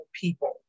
People